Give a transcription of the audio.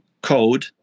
code